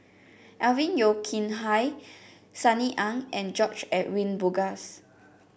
Alvin Yeo Khirn Hai Sunny Ang and George Edwin Bogaars